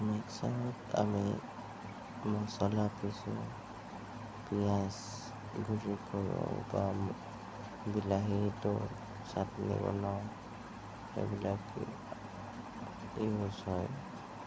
মিক্সাৰত আমি মছলা পিছোঁ পিয়াজ গুৰি কৰোঁ বা বিলাহীটো ছাটনি বনাও সেইবিলাক ইউজ হয়